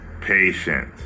patient